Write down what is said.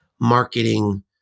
marketing